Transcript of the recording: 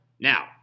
now